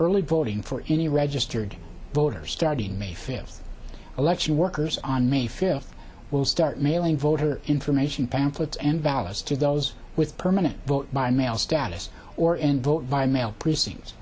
early voting for any registered voters starting may fifth election workers on may fifth will start mailing voter information pamphlets and vallas to those with permanent vote by mail status or in vote by mail precincts